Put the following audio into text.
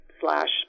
slash